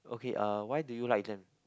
okay uh why do you like them